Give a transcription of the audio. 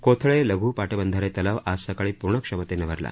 कोथळे लघ् पाटबंधारे तलाव आज सकाळी पूर्ण क्षमतेनं भरला